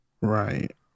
Right